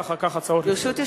ואחר כך, הצעות לסדר-היום.